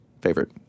favorite